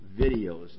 videos